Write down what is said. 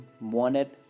wanted